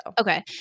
Okay